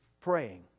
Praying